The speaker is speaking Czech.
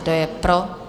Kdo je pro?